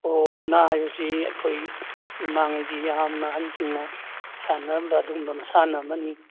ꯑꯣ ꯃꯨꯛꯅꯥ ꯍꯥꯏꯕꯁꯤ ꯑꯩꯈꯣꯏ ꯃꯃꯥꯡꯉꯩꯒꯤ ꯌꯥꯝꯅ ꯑꯍꯟꯁꯤꯡꯅ ꯁꯥꯟꯅꯔꯝꯕ ꯑꯗꯨꯒꯨꯝꯕ ꯃꯁꯥꯟꯅ ꯑꯃꯅꯤ